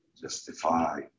justify